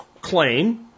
claim